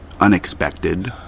unexpected